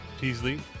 Teasley